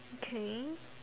okay